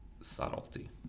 subtlety